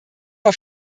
auf